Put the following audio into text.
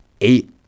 eight